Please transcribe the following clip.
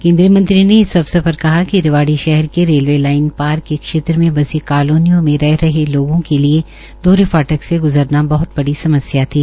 केन्द्रीय मंत्री ने इस अवसर पर कहा कि रेवाड़ी शहर के रेलवे लाइन पार के क्षेत्र मे बसी कालोनियों में रह रहे लोगों के लिए दोहरे फाटक से गुजरना बहत बड़ी संख्या थी